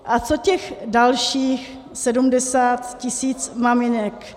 A co těch dalších 70 tisíc maminek?